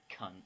cunt